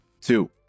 two